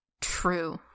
true